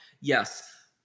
Yes